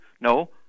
No